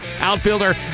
outfielder